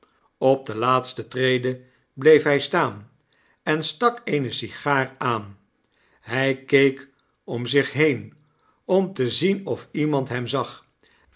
op de laatste trede bleef hy staan en stak eene sigaar aan hy keek om zien heen om tezien of iemand hem zag